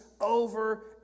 over